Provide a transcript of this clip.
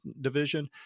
Division